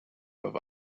have